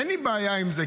אין לי בעיה עם זה,